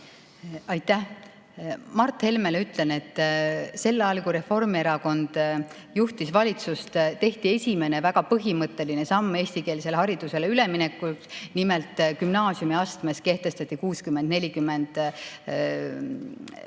Aitäh! Mart Helmele ütlen, et sel ajal, kui Reformierakond juhtis valitsust, tehti esimene väga põhimõtteline samm eestikeelsele haridusele üleminekul. Nimelt, gümnaasiumiastmes kehtestati 60 :